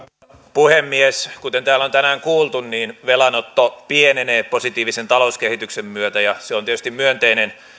puhemies kuten täällä on tänään kuultu niin velanotto pienenee positiivisen talouskehityksen myötä ja se on tietysti myönteinen